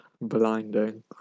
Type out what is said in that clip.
blinding